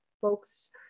folks